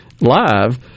live